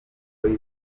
boyz